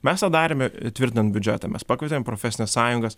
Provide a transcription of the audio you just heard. mes tą darėme tvirtinant biudžetą mes pakvietėm profesines sąjungas